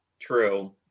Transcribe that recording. True